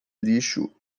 lixo